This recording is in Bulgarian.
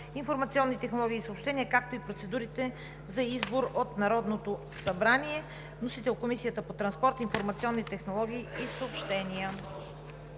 информационни технологии и съобщения, както и процедурата за избор от Народното събрание. Внесен е от Комисията по транспорт, информационни технологии и съобщения.